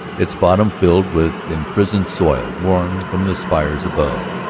its bottom filled with imprisoned soil worn from the spires above.